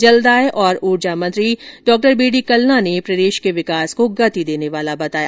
जलदाय और ऊर्जा मंत्री डॉ बी डी कल्ला ने बजट को प्रदेश के विकास को गति देने वाला बताया